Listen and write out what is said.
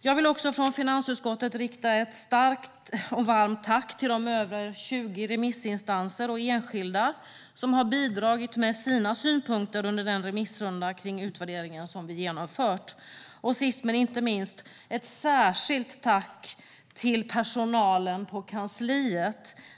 Jag vill också från finansutskottet rikta ett stort och varmt tack till de över 20 remissinstanser och enskilda som har bidragit med sina synpunkter under den remissrunda kring utvärderingen som vi genomfört. Sist men inte minst: ett särskilt tack till personalen på kansliet!